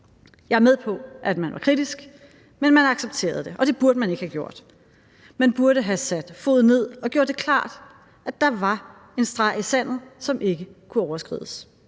Jeg er med på, at man var kritisk, men man accepterede det, og det burde man ikke have gjort. Man burde have sat foden ned og gjort det klart, at der var en streg i sandet, som ikke kunne overskrides.